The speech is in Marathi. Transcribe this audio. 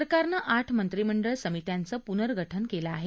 सरकारनं आठ मंत्रीमंडळ समित्यांचं पूर्नगठन केलं आहे